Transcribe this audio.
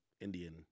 indian